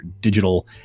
digital